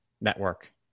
network